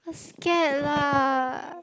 scared lah